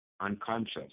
Unconscious